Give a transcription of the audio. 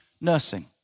nursing